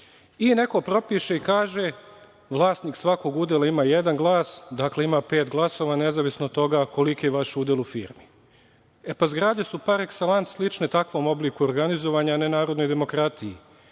Neko propiše i kaže, vlasnik svakog udela ima jedan glas, dakle ima 5 glasova, nezavisno od toga koliki je vaš udeo u firmi. Zgrade su parekselans slične takvom obliku organizovanja, ne narodnoj demokratiji.